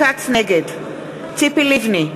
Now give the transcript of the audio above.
נגד ציפי לבני,